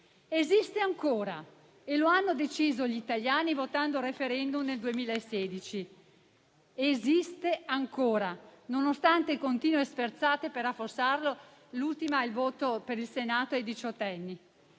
Esiste ancora e lo hanno deciso gli italiani votando al *referendum* nel 2016. Esiste ancora, nonostante continue sferzate per affossarlo: l'ultima, il voto per il Senato ai diciottenni.